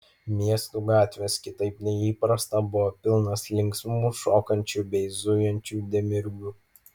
miestų gatvės kitaip nei įprasta buvo pilnos linksmų šokančių bei zujančių demiurgų